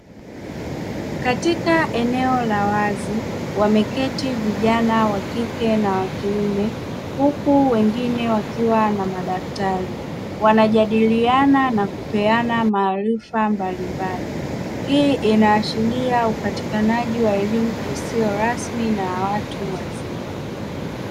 Katika eneo la wazi wameketi vijana wa kike na kiume huku wengine wakiwa na madaftari wanajadiliana na kupeana maarifa mbalimbali, hii inaashiria upatikanaji wa elimu isiyo rasmi na watu wazima.